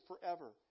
forever